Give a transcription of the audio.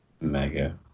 Mega